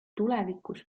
tulevikus